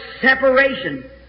separation